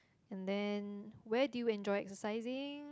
and then where do you enjoy exercising